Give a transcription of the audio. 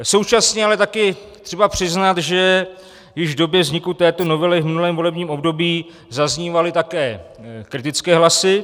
Současně ale je také třeba přiznat, že již v době vzniku této novely v minulém volebním období zaznívaly také kritické hlasy.